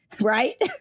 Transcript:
right